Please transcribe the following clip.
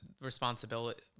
responsibility